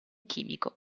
chimico